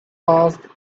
passed